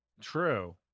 True